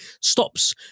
stops